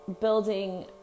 building